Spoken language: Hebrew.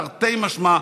תרתי משמע,